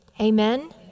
Amen